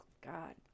God